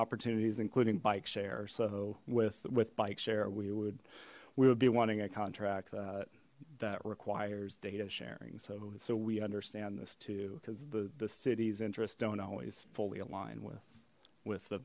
opportunities including bike share so with with bike share we would we would be wanting a contract that requires data sharing so so we understand this too because the the city's interests don't always fully align with with the